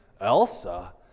Elsa